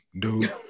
dude